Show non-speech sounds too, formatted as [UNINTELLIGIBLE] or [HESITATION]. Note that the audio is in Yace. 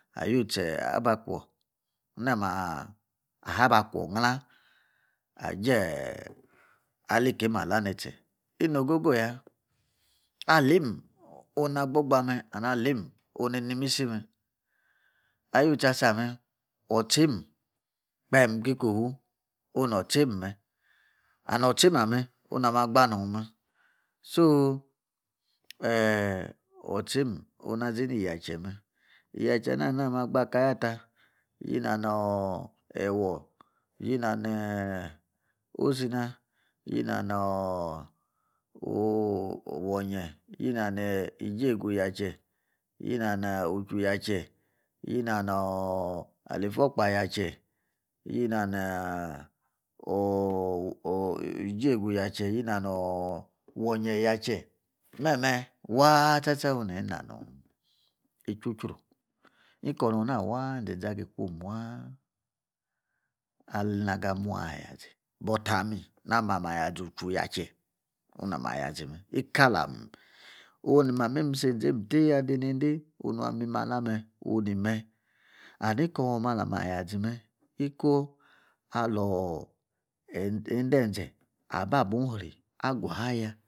Ayu tchee na'ama aha ba kwor ngla ajie alikeim ala netche inogogo ya. Aleim oon na gbogba me and aleim oni ni misi me. Agu tchi asame otcheim kpem ki kofu onu noor ocheim me. And ocheim ame onu naa ma maa gba nong me so, eer ocheim onu nazinii yache me yeche ana agba kayata. Yi na ne ewor yi nane osina yi na ne oo nu [HESITATION] nlonye yi na ni ijiegu-Yache yi na nii ucha-Yache yina nioor Alifokpa-Yache yi na ni oor oor [HESITATION] ijiegu-yache yi na noorwonye-yache. Me me waa cha cha onu neyi hanong me yi chi utchuru iko no na wa inzeze agi kwom waa [HESITATION] ali nei ga'anmua ayazi but ame na ma mi aya zi uchu-yache onua ma ya zi me. Ika lam [UNINTELLIGIBLE] onu ni imameim itsi eizeim tei adei niyendei. Onung ami ma la me onung ni me. And ikoor mome alamaya zime ikor alii endei enze ababung iri agwa ya